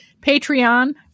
Patreon